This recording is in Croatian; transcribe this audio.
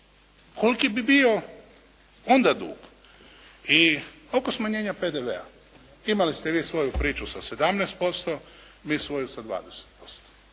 Koliki bi bio onda dug i koliko smanjenja PDV-a. Imali ste vi svoju priču sa 17%, mi svoju sa 20%.